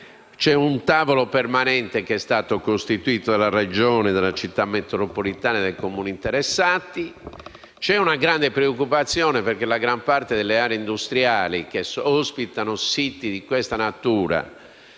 Un tavolo permanente è stato costituito dalla Regione, dalle Città metropolitane e dai Comuni interessati. E grande è la preoccupazione, perché la gran parte delle aree industriali che ospitano siti di questa natura